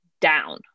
down